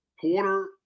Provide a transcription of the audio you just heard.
Porter